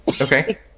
Okay